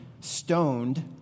stoned